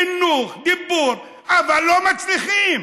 חינוך, דיבור, אבל לא מצליחים.